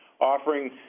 offering